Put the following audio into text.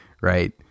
Right